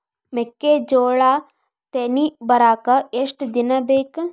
ಮೆಕ್ಕೆಜೋಳಾ ತೆನಿ ಬರಾಕ್ ಎಷ್ಟ ದಿನ ಬೇಕ್?